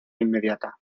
inmediata